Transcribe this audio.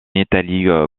italie